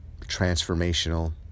transformational